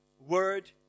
Word